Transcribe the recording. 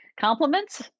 Compliments